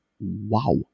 Wow